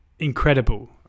incredible